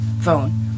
phone